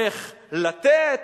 איך לתת,